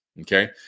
Okay